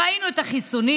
ראינו את החיסונים,